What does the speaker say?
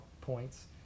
points